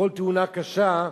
בכל תאונה קשה,